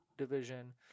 division